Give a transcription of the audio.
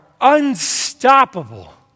unstoppable